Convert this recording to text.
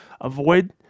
avoid